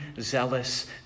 zealous